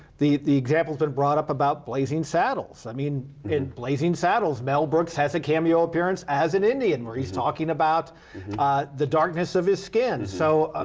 the the example but brought up about blazing saddles, i mean in blazing saddles, mel brooks had cameo appearance as an indian where he is talking about the darkness of his skin. so,